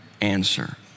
answer